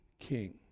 king